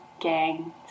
gang